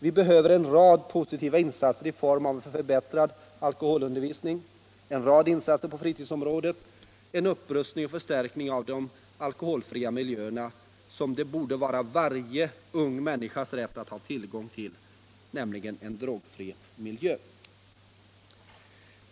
Vi behöver också en rad positiva insatser i form av förbättrad alkoholundervisning, en rad insatser på fritidsområdet, en upprustning och förstärkning av de alkoholfria miljöerna, och det borde vara varje ung människas rätt att ha tillgång till drogfria miljöer.